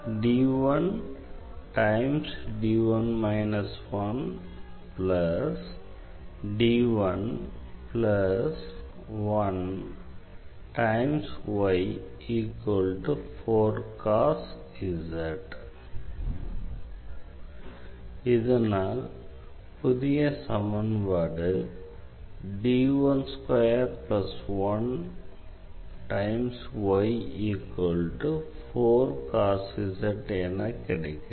vlcsnap 2019 04 15 10h50m43s138 இதனால் புதிய சமன்பாடு என கிடைக்கிறது